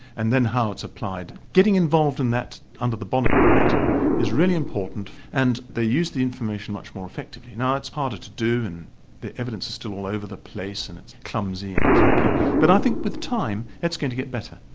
and then how it's applied. getting involved in that under the bonnet bit is really important and they use the information much more effectively. now it's harder to do and the evidence is still all over the place and it's clumsy and clunky but i think with time it's going to get better.